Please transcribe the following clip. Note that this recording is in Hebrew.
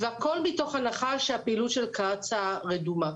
והכול מתוך הנחה שהפעילות של קצא"א רדומה.